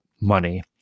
money